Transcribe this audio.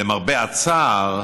למרבה הצער,